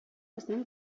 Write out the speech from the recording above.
безнең